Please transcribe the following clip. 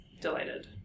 delighted